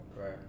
right